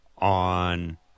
On